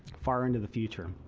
far into the future.